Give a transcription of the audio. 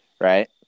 right